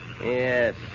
Yes